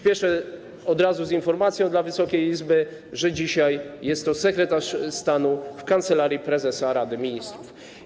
Spieszę od razu z informacją dla Wysokiej Izby, że dzisiaj jest to sekretarz stanu w Kancelarii Prezesa Rady Ministrów.